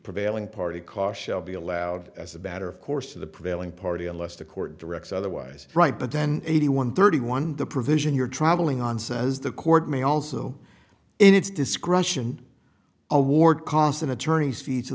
prevailing party caution be allowed as a batter of course of the prevailing party unless the court directs otherwise right but then eighty one thirty one the provision you're traveling on says the court may also in its discretion award cost an attorney's fee to